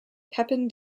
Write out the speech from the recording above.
pepin